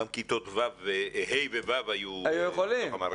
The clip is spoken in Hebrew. גם כיתות ה'-ו' היו בתוך המערכת.